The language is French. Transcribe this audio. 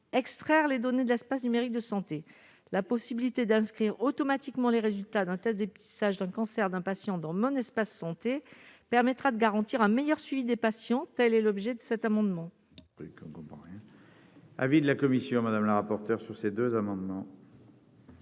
extraire les données de l'espace numérique de santé la possibilité d'inscrire automatiquement les résultats d'un test de sage d'un cancer d'un patient dans MON Espace Santé permettra de garantir un meilleur suivi des patients, telle est l'objet de cet amendement.